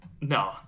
no